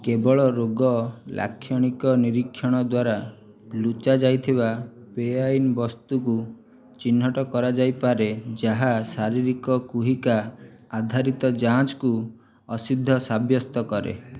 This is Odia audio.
କେବଳ ରୋଗ ଲାକ୍ଷଣିକ ନିରୀକ୍ଷଣ ଦ୍ୱାରା ଲୁଚା ଯାଇଥିବା ବେଆଇନ୍ ବସ୍ତୁକୁ ଚିହ୍ନଟ କରାଯାଇପାରେ ଯାହା ଶାରୀରିକ କୁହିକା ଆଧାରିତ ଯାଞ୍ଚକୁ ଅସିଦ୍ଧ ସାବ୍ୟସ୍ତ କରେ